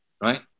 right